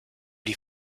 die